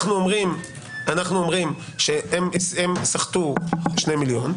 אנו אומרים שהם סחטו 2 מיליון,